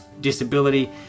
disability